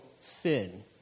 sin